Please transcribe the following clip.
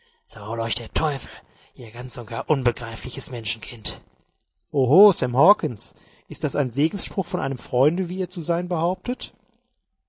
euch der teufel ihr ganz und gar unbegreifliches menschenkind oho sam hawkens ist das ein segensspruch von einem freunde wie ihr zu sein behauptet